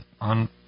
on